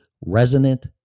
resonant